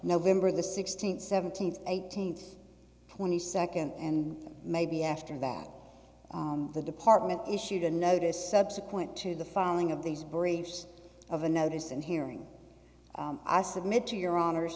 november the sixteenth seventeenth eighteenth twenty second and maybe after that the department issued a notice subsequent to the filing of these briefs of the notice and hearing i submit to your honor